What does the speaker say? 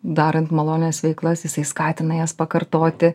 darant malonias veiklas jisai skatina jas pakartoti